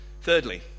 thirdly